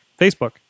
Facebook